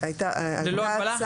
ללא הגבלה?